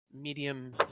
medium